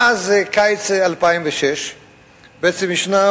מאז קיץ 2006 ישנו